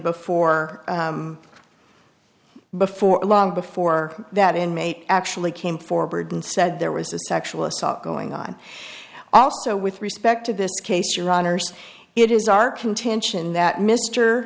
before before long before that inmate actually came forward and said there was a sexual assault going on also with respect to this case your honour's it is our contention that